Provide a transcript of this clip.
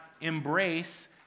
embrace